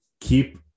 keep